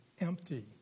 empty